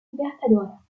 libertadores